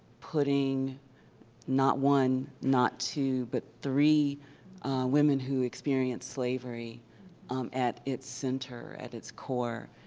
putting not one, not two, but three women who experienced slavery um at its center, at its core,